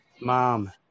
Mom